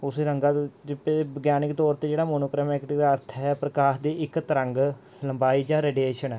ਉਸੇ ਰੰਗਾਂ ਤੋਂ ਜੇ ਪੇ ਵਿਗਿਆਨਿਕ ਤੌਰ 'ਤੇ ਜਿਹੜਾ ਮੋਨੋਪ੍ਰਮੈਕ ਦੇ ਅਰਥ ਹੈ ਪ੍ਰਕਾਸ਼ ਦੀ ਇੱਕ ਤਰੰਗ ਲੰਬਾਈ ਜਾਂ ਰੇਡੀਏਸ਼ਨ